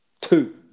Two